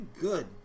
good